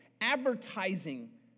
advertising